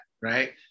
right